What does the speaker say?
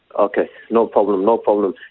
okay, no problem, no problem.